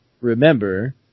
remember